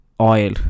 oil